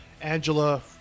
Angela